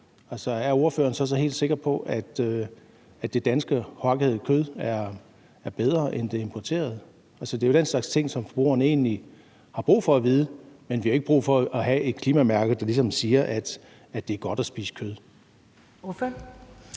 er ordføreren så helt sikker på, at det danske hakkede kød er bedre end det importerede? Det er jo den slags ting, som forbrugerne egentlig har brug for at vide. Men vi har jo ikke brug for at have et klimamærke, der ligesom siger, at det er godt at spise kød. Kl.